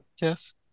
yes